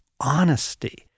honesty